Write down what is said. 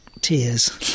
tears